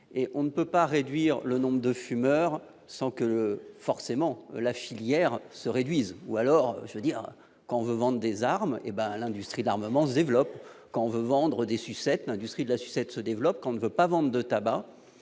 on ne peut réduire le nombre de fumeurs sans que l'activité de la filière diminue. Quand on veut vendre des armes, l'industrie de l'armement se développe ; quand on veut vendre des sucettes, l'industrie de la sucette se développe. Quand on veut moins vendre de tabac,